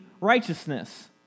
righteousness